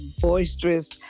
boisterous